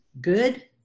good